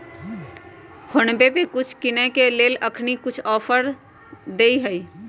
PhonePe कुछ किनेय के लेल अखनी कुछ ऑफर देँइ छइ